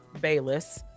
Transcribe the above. Bayless